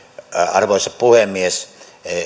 arvoisa puhemies